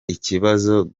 ikibazo